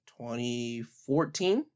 2014